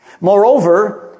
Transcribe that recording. Moreover